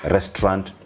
Restaurant